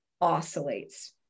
oscillates